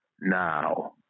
Now